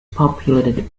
populated